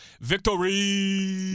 Victory